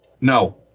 No